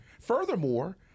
Furthermore